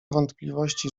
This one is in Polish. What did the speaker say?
wątpliwości